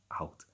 out